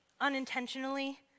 unintentionally